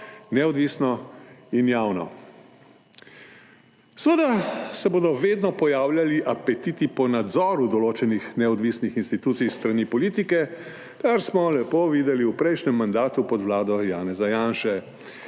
neodvisno in javno. Seveda se bodo vedno pojavljali apetiti po nadzoru določenih neodvisnih institucij s strani politike, kar smo lepo videli v prejšnjem mandatu pod Vlado Janeza Janše,